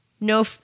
No